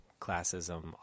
classism